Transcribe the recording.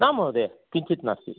न महोदया किञ्चित् नास्ति